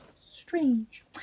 Strange